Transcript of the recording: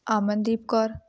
Amandeep Kaur